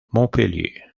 montpellier